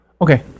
Okay